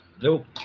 Nope